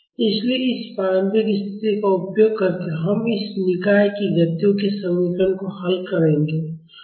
इसलिए इस प्रारंभिक स्थिति का उपयोग करके हम इस निकाय की गतियों के समीकरण को हल करेंगे